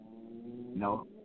No